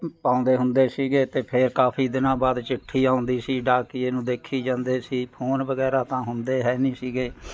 ਪਾਉਂਦੇ ਹੁੰਦੇ ਸੀਗੇ ਅਤੇ ਫੇਰ ਕਾਫ਼ੀ ਦਿਨਾਂ ਬਾਅਦ ਚਿੱਠੀ ਆਉਂਦੀ ਸੀ ਡਾਕੀਏ ਨੂੰ ਦੇਖੀ ਜਾਂਦੇ ਸੀ ਫ਼ੋਨ ਵਗੈਰਾ ਤਾਂ ਹੁੰਦੇ ਹੈ ਨਹੀਂ ਸੀਗੇ